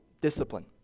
Discipline